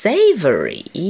Savory